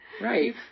Right